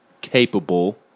capable